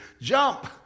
jump